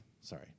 sorry